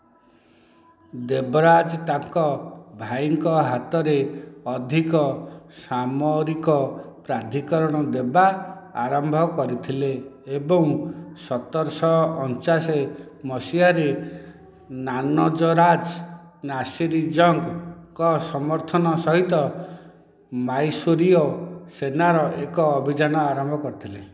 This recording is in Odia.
ଦେବରାଜ ତାଙ୍କ ଭାଇଙ୍କ ହାତରେ ଅଧିକ ସାମରିକ ପ୍ରାଧିକରଣ ଦେବା ଆରମ୍ଭ କରିଥିଲେ ଏବଂ ଶତରଶହ ଅଣଚାଶ ମସିହାରେ ନାନଜରାଜ ନାସିର ଜଙ୍ଗ୍ ଙ୍କ ସମର୍ଥନ ସହିତ ମାଇସୋରୀୟ ସେନାର ଏକ ଅଭିଯାନ ଆରମ୍ଭ କରିଥିଲେ